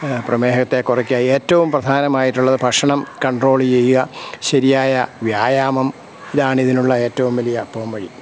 പ്രമേഹത്തെ കുറയ്ക്കുക ഏറ്റവും പ്രധാനമായിട്ടുള്ളത് ഭക്ഷണം കണ്ട്രോൾ ചെയ്യുക ശരിയായ വ്യായാമം ഇതാണ് ഇതിനുള്ള ഏറ്റവും വലിയ പോംവഴി